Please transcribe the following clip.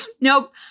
nope